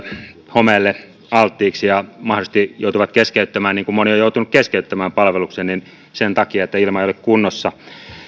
homeelle alttiiksi ja mahdollisesti joutuvat keskeyttämään niin kuin moni on joutunut keskeyttämään palveluksen sen takia että ilma ei ole kunnossa